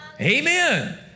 Amen